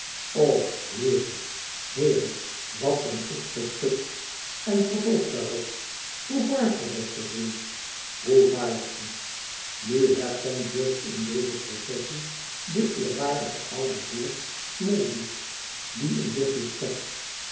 och heere heere wat ben ik geschud en vervolgt daarop hoe vaart ge beste vriend hoe vaart ge nu herkent george in deze processie den eerwaardigen ouden heer smallweed die een luchtje schept